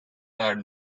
are